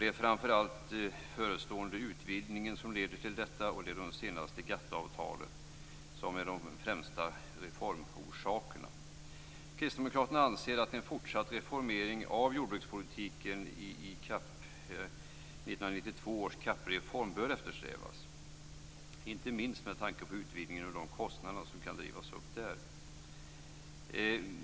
Det är framför allt den förestående utvidgningen och det senaste GATT-avtalet som är de främsta reformorsakerna. Kristdemokraterna anser att en fortsatt reformering av jordbrukspolitiken i 1992 års CAP-reform bör eftersträvas, inte minst med tanke på utvidgningen och de kostnader som kan drivas upp där.